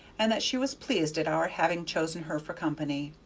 and that she was pleased at our having chosen her for company.